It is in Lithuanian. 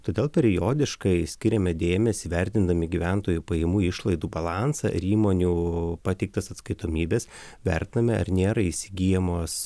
todėl periodiškai skiriame dėmesį vertindami gyventojų pajamų išlaidų balansą ir įmonių pateiktas atskaitomybes vertiname ar nėra įsigyjamos